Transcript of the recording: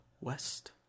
west